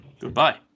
Goodbye